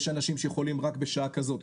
יש אנשים שיכולים רק בשעה כזאת,